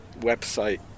website